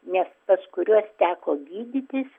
nes pas kuriuos teko gydytis